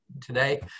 today